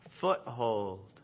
foothold